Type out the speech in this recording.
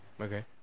Okay